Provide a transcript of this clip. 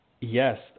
Yes